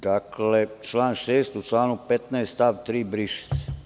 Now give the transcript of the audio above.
Dakle, član 6. u članu 15. stav 3. briše se.